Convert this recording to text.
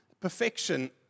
perfection